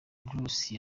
bruce